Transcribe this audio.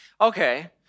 Okay